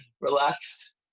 Relaxed